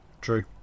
True